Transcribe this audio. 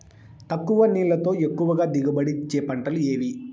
తక్కువ నీళ్లతో ఎక్కువగా దిగుబడి ఇచ్చే పంటలు ఏవి?